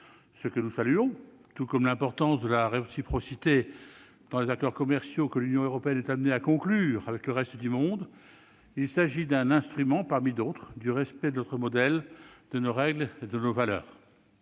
ce que nous saluons, tout comme est essentielle l'importance de la réciprocité dans les accords commerciaux que l'Union européenne est amenée à conclure avec le reste du monde. Il s'agit d'un instrument parmi d'autres du respect de notre modèle, de nos règles et de nos valeurs.